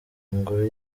ngoro